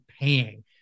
paying